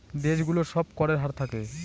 দেশ গুলোর সব করের হার থাকে